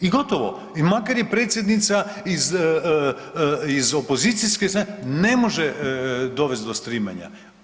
I gotovo i makar je predsjednica iz opozicijske, ne može dovesti do streamanja.